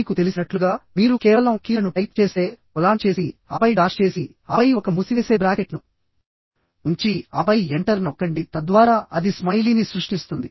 మీకు తెలిసినట్లుగా మీరు కేవలం కీలను టైప్ చేస్తే కొలాన్ చేసి ఆపై డాష్ చేసి ఆపై ఒక మూసివేసే బ్రాకెట్ను ఉంచి ఆపై ఎంటర్ నొక్కండి తద్వారా అది స్మైలీని సృష్టిస్తుంది